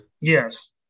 Yes